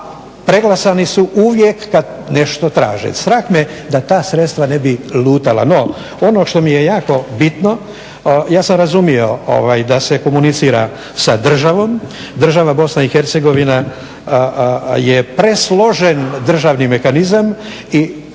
preglasani su uvijek kad nešto traže. Strah me da ta sredstva ne bi lutala. No ono što mi je jako bitno, ja sam razumio da se komunicira sa državom. Država BiH je presložen državni mehanizam i